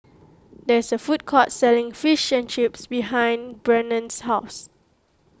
there is a food court selling Fish and Chips behind Brennan's house